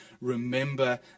remember